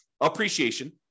Appreciation